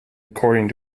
according